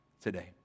today